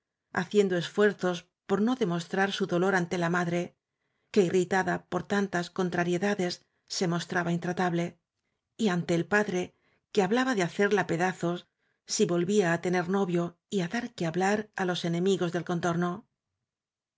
haciendo esfuerzos por no demos trar su dolor ante la madre que irritada por tantas contrariedades se mostraba intratable y ante el padre que hablaba de hacerla pedazos si volvía á tener novio y á dar que hablar á los enemigos del contorno